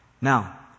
Now